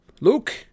Luke